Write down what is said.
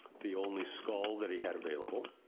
the only skull that he had available.